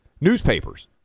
Newspapers